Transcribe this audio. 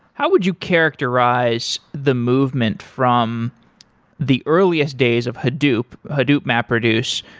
how would you characterize the movement from the earliest days of hadoop, hadoop mapreduce,